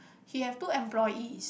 he have two employees